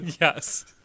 Yes